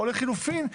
או לחילופין,